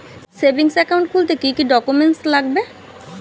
Savings account খুলতে কি কি ডকুমেন্টস লাগবে?